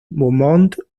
beaumont